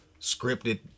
scripted